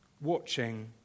watching